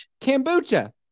Kombucha